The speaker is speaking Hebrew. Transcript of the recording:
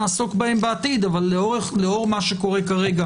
נעסוק בהם בעתיד אבל לאור מה שקורה כרגע